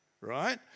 right